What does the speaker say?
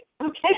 Okay